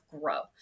grow